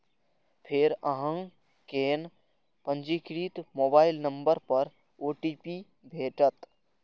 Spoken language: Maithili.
फेर अहां कें पंजीकृत मोबाइल नंबर पर ओ.टी.पी भेटत